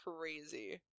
crazy